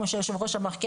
כמו שיושב הראש אמר,